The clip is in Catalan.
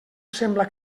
sembla